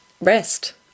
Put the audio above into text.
rest